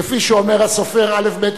כפי שאומר הסופר א.ב.